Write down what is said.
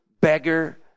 beggar